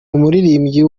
umuririmbyi